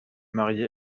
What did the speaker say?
marié